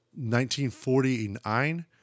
1949